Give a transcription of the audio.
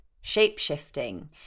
shape-shifting